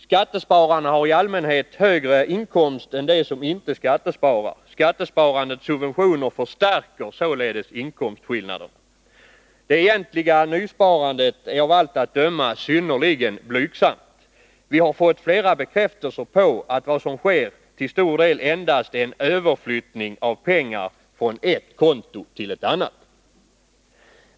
Skattespararna har i allmänhet högre inkomst än de som inte skattesparar. Skattesparandets subventioner förstärker således inkomstskillnaderna. Det egentliga nysparandet är av allt att döma synnerligen blygsamt. Vi har fått flera bekräftelser på att vad som sker till stor del endast är en överflyttning av pengar från ett konto till ett annat.